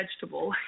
vegetable